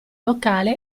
locale